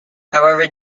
however